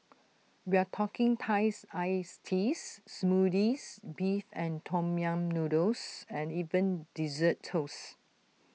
we're talking Thai iced teas Smoothies Beef and Tom yam noodles and even Dessert Toasts